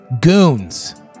goons